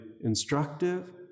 instructive